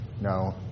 No